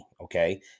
okay